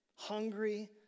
Hungry